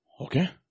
Okay